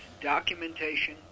documentation